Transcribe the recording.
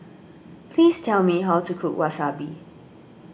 please tell me how to cook Wasabi